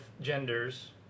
genders